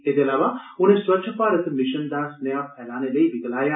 एहदे अलावा उने स्वच्छ भारत मिशन दा सनेहा फैलाने लेई गी गलाया